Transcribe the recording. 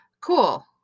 Cool